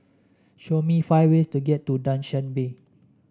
show me five ways to get to Dushanbe